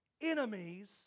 enemies